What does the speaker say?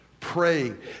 Praying